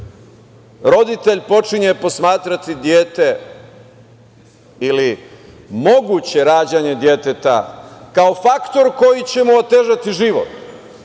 roditelj počinje posmatrati dete ili moguće rađanje deteta kao faktor koji će mu otežati život,